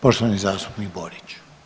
Poštovani zastupnik Borić.